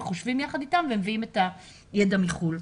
חושבים יחד איתם ומביאים את הידע מחו"ל.